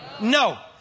No